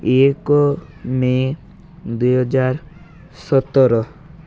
ଏକ ମେ ଦୁଇ ହଜାର ସତର